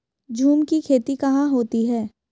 झूम की खेती कहाँ होती है?